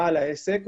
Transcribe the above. בעל העסק,